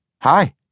Hi